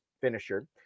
finisher